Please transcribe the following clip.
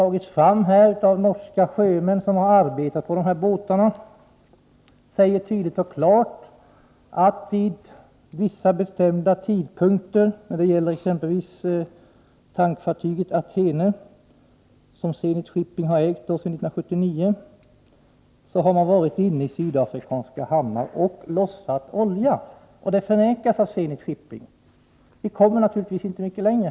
Norska sjömän som arbetat på de här båtarna säger tydligt och klart att exempelvis tankfartyget Athene, som sedan 1979 ägs av Zenit Shipping, vid vissa bestämda tidpunkter varit inne i sydafrikanska hamnar och lossat olja. Detta förnekas av Zenit Shipping.